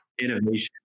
innovation